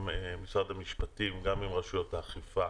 משרד המשפטים וגם עם רשויות האכיפה.